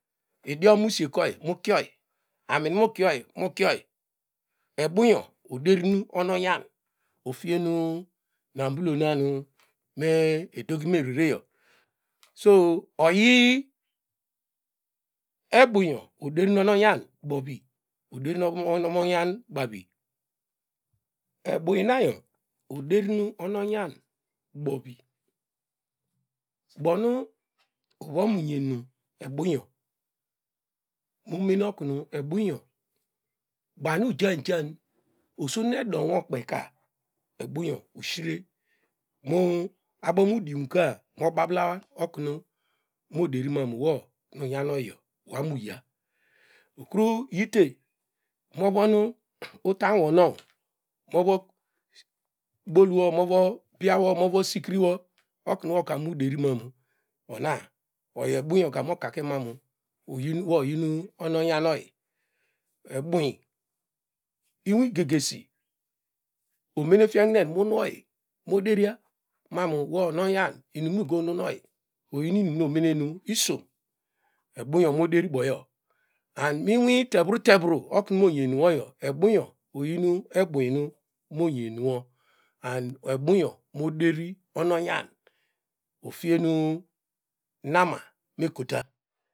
Idiom nuseikoyi mukioyi onin nu mukey ebum oderin onayam ofien nabulonanu edogi me rereyo so oyi ebuyo oderin onuonyan bovi oderin omo noyan bavi ebumnanyo odeirin onu onyan bovi ubo nu uvo mu nyer nu ebunyo mone okuru ebunyo bani ujan ujan osom edonwokpeyka ebunyo mosh ini abomi udunka mobablawa nu no deri ma wo nu unyanoyi wo abom uya ikri yite mo von utanwonow no vo bolowo movo bianwo mo sikiriwo oknu noka muderimanu ona oyi ebuka mokakemam no injin ononyame oyi ebun inoi gegesi omene fie hmen munuoyi oderia manu wo ononyan migo nun oyi oyin inum nu omeren nu isom ebun mo den uboyo and mi inui terruterra kma oyenmoyo ebunyo oyin ebun nu and ebunyo moderi onomyan ofienu nama mekota.